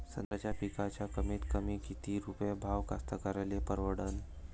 संत्र्याचा पिकाचा कमीतकमी किती रुपये भाव कास्तकाराइले परवडन?